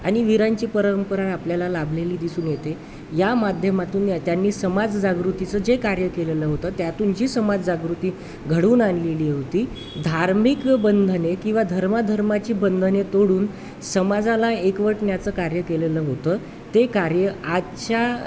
आणि विरांची परंपरा आपल्याला लाभलेली दिसून येते या माध्यमातून या त्यांनी समाजजगृतीचं जे कार्य केलेलं होतं त्यातून जी समाजजागृती घडून आणलेली होती धार्मिक बंधने किंवा धर्मा धर्माची बंधने तोडून समाजाला एकवटण्याचं कार्य केलेलं होतं ते कार्य आजच्या